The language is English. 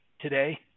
today